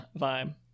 vibe